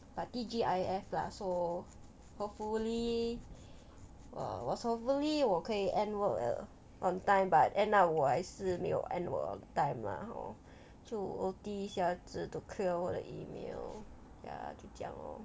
but T_G_I_F lah so hopefully err was hopefully 我可以 and work err on time but end up 我还是没有 end work on time lah hor 就 O_T 一下子 to clear 我的 email ya 就这样 lor